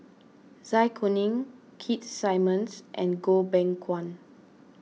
Zai Kuning Keith Simmons and Goh Beng Kwan